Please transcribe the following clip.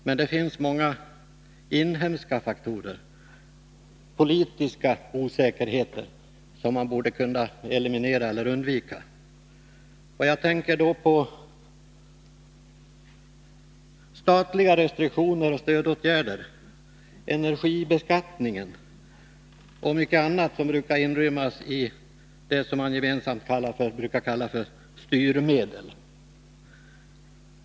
Men det finns många inhemska faktorer, politiska osäkerheter som man borde kunna eliminera eller undvika. Jag tänker då på statliga restriktioner och stödåtgärder, energibeskattningen och mycket annat som brukar inrymmas i det man gemensamt kallar för styrmedel.